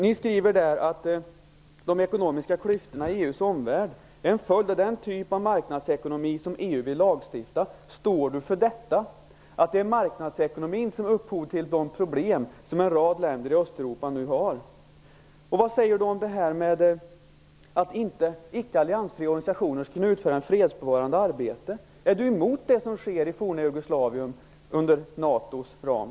Ni skriver där att de ekonomiska klyftorna i EU:s omvärld är en följd av den typ av marknadsekonomi som EU vill lagstifta om. Står Marianne Samuelsson för detta, att det är marknadsekonomin som är upphovet till de problem som en rad länder i Östeuropa nu har? Vad säger Marianne Samuelsson om att icke-alliansfria organisationer skall kunna utföra ett fredsbevarande arbete? Är Marianne Samuelsson emot det som sker i det forna Jugoslavien inom NATO:s ram?